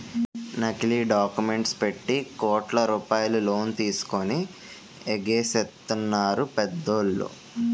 నకిలీ డాక్యుమెంట్లు పెట్టి కోట్ల రూపాయలు లోన్ తీసుకొని ఎగేసెత్తన్నారు పెద్దోళ్ళు